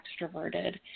extroverted